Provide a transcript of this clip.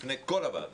לפני כל הוועדה,